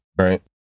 right